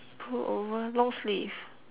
pullover long sleeve